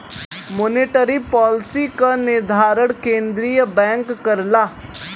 monetary policy क निर्धारण केंद्रीय बैंक करला